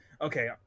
okay